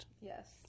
Yes